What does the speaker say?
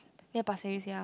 near Pasir-Ris ya